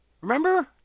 Remember